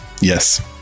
yes